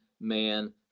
man